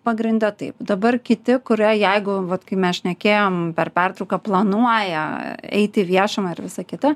pagrinde taip dabar kiti kurie jeigu vat kai mes šnekėjom per pertrauką planuoja eit į viešumą ir visa kita